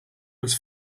was